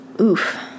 Oof